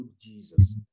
Jesus